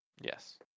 Yes